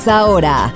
ahora